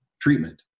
treatment